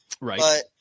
Right